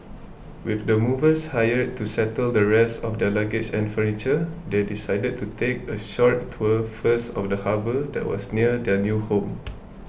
with the movers hired to settle the rest of luggages and furniture they decided to take a short tour first of the harbour that was near their new home